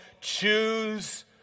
Choose